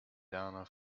arnav